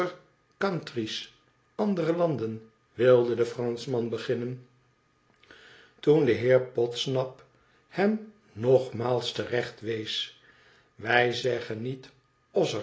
andere landen wilde defranschman beginnen toen de heer podsnap hem nogmaals te recht wees wij zeggen niet